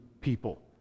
people